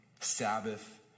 Sabbath